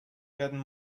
werden